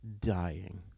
Dying